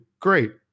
Great